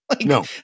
No